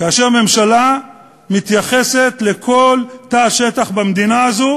כאשר ממשלה מתייחסת לכל תא שטח במדינה הזאת